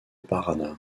paraná